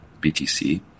BTC